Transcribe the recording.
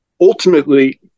ultimately